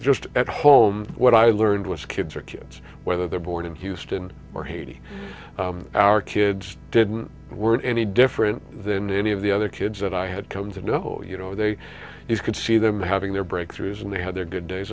just at home what i learned was kids are kids whether they're born in houston or haiti our kids didn't weren't any different than any of the other kids that i had come to know you know they could see them having their breakthroughs and they had their good days